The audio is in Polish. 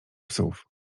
psów